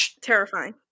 terrifying